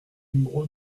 numéro